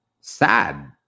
Sad